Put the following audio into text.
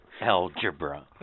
Algebra